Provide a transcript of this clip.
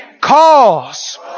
Cause